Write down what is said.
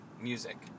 music